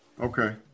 Okay